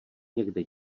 někde